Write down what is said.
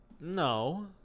No